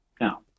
Now